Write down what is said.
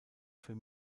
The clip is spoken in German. für